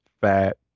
fat